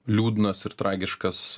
liūdnas ir tragiškas